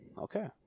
Okay